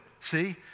see